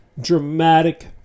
dramatic